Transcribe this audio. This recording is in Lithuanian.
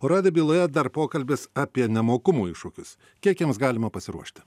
o radijo byloje dar pokalbis apie nemokumo iššūkius kiek jiems galima pasiruošti